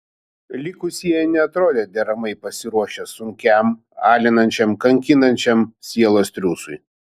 likusieji neatrodė deramai pasiruošę sunkiam alinančiam kankinančiam sielos triūsui